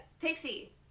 pixie